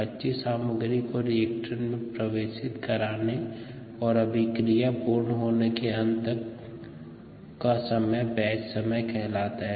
कच्ची सामग्री को रिएक्टर में प्रवेशित कराने और अभिक्रिया पूर्ण होने के अंत तक का समय बैच समय कहलाता है